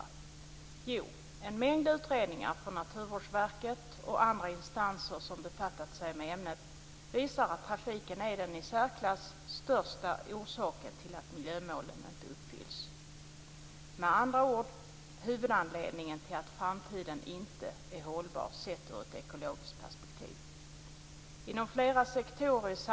Dessutom finns det faktiskt åtminstone en flygplats som på sikt vore värd att satsa på, nämligen Skavsta.